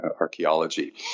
archaeology